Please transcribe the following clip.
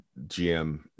gm